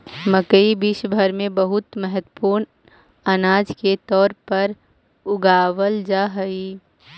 मकई विश्व भर में बहुत महत्वपूर्ण अनाज के तौर पर उगावल जा हई